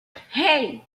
hey